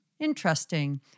Interesting